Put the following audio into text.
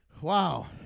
Wow